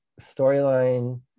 storyline